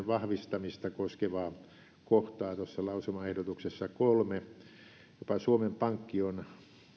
vahvistamista koskevaa kohtaa lausumaehdotuksessa kolme jopa suomen pankki on